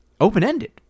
open-ended